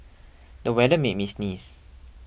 the weather made me sneeze